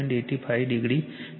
85o છે